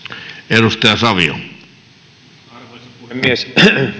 arvoisa puhemies